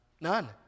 None